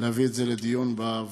להביא את זה לדיון בוועדה,